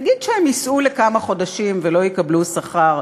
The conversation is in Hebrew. נגיד שהם ייסעו לכמה חודשים ולא יקבלו שכר,